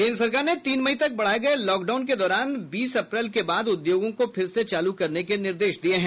केन्द्र सरकार ने तीन मई तक बढ़ाये गये लॉकडाउन के दौरान में बीस अप्रैल के बाद उद्योगों को फिर से चालू करने के निर्देश दिये हैं